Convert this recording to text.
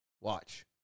Watch